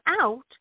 out